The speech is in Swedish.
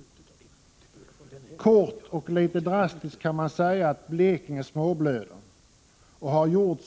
§ le Kort och litet drastiskt kan man säga att Blekinge småblöder och har gjort Fegionalpoligsk